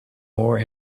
more